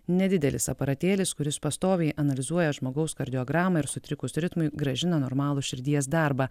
nedidelis aparatėlis kuris pastoviai analizuoja žmogaus kardiogramą ir sutrikus ritmui grąžina normalų širdies darbą